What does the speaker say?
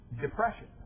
depression